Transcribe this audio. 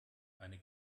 eine